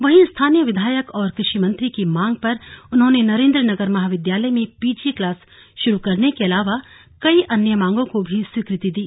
वहीं स्थानीय विधायक और कृषि मंत्री की मांग पर उन्होंने नरेंद्रनगर महाविद्यालय में पीजी क्लास शुरू करने के अलावा कई अन्य मांगों को भी स्वीकृति दी